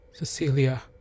Cecilia